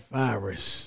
virus